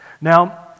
Now